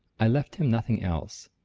i left him nothing else.